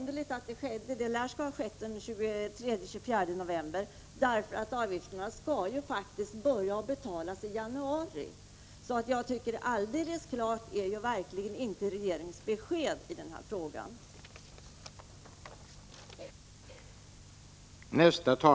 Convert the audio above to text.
Det lär ha skett den 23-24 november. Avgifterna skall sedan börja betalas i januari. Jag tycker inte att regeringens besked i den här frågan är helt klart.